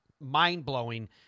mind-blowing